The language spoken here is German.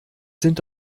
sind